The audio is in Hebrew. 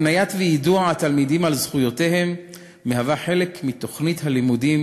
יידוע התלמידים על זכויותיהם מהווה חלק מתוכנית הלימודים